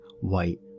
white